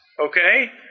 Okay